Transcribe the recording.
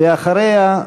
ואחריה,